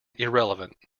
irrelevant